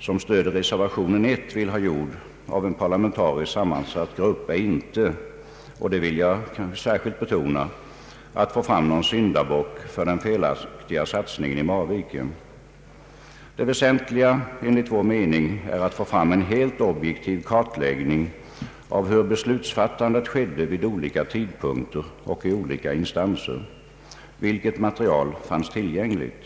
som stöder reservation 1 vill ha gjord av en parlamentariskt sammansatt grupp är inte — och det vill jag särskilt betona — att få fram någon syndabock för den felaktiga satsningen i Marviken. Det väsentliga enligt vår mening är att få fram en helt objektiv kartläggning av hur beslutsfattandet skedde vid olika tidpunkter och i olika instanser. Vilket material fanns tillgängligt?